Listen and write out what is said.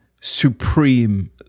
supreme